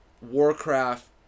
Warcraft